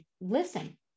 Listen